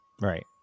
Right